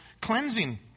cleansing